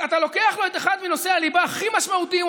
אז אתה לוקח לו את אחד מנושאי הליבה הכי משמעותיים.